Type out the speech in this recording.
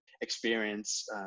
experience